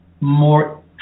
more